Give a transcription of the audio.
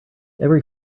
every